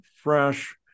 fresh